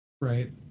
Right